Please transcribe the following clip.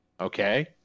okay